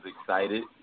excited